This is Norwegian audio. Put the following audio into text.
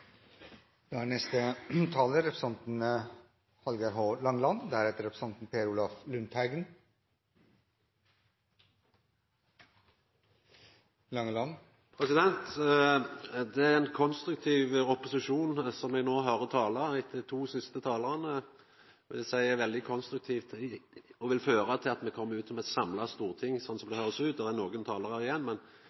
Det er ein konstruktiv opposisjon som me nå høyrer talar – etter dei to siste talarane. Eg vil seia at det er veldig konstruktivt og vil føra til at me nå kjem ut som eit samla storting, slik som det høyrest ut – det er nokre talarar igjen